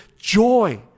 joy